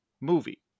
movie